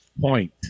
point